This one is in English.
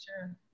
Sure